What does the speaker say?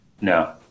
No